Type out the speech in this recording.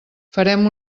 farem